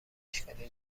اشکالی